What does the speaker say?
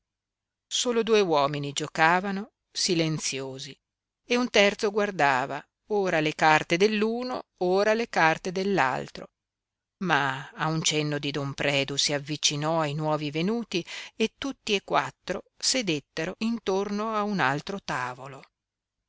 solo due uomini giocavano silenziosi e un terzo guardava ora le carte dell'uno ora le carte dell'altro ma a un cenno di don predu si avvicinò ai nuovi venuti e tutti e quattro sedettero intorno a un altro tavolo